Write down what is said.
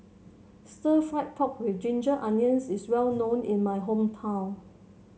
stir fry pork with Ginger Onions is well known in my hometown